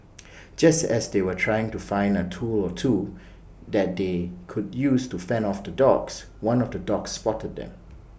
just as they were trying to find A tool or two that they could use to fend off the dogs one of the dogs spotted them